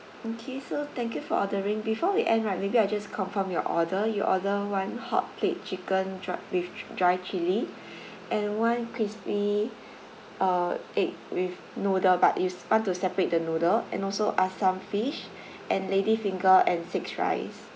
okay so thank you for ordering before we end right maybe I just confirm your order you order one hotplate chicken dried with d~ dry chilli and one crispy uh egg with noodle but it's want to separate the noodle and also asam fish and lady finger and six rice